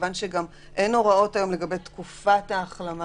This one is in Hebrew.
מכיוון שאין היום הוראות לגבי תקופת ההחלמה